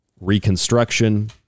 reconstruction